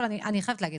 אני חייבת להגיד